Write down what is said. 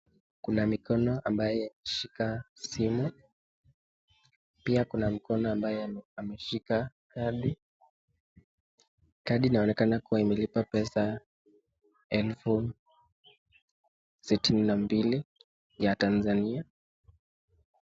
Kuna mikono ambayo imeshika simu pia kuna mikono ambayo imeshika kadi, kadi inaonekana kuwa imelipa pesa elfu sitini na mbili ya tanzania.